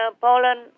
Poland